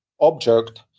object